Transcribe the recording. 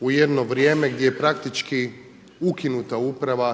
u jedno vrijeme gdje je praktički ukinuta uprava